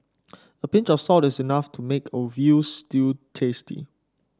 a pinch of salt is enough to make a veal stew tasty